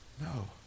No